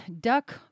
duck